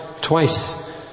twice